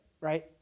right